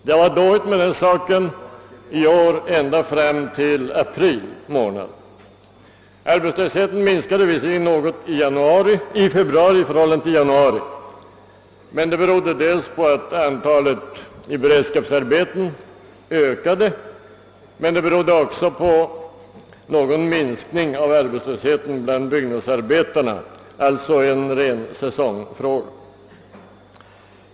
Det har varit dåligt med den saken i år ända fram till april månad. Arbetslösheten sjönk visserligen något i februari i förhållande till januari, men det berodde dels på att antalet personer i beredskapsarbeten ökade, dels på någon minskning av arbetslösheten bland byggnadsarbetarna — alltså en ren säsongfråga.